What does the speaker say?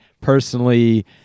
personally